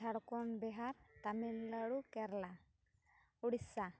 Jharkhand Bihar ᱛᱟᱧᱢᱤᱞᱱᱟᱲᱩ Kerala Odisha